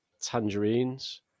tangerines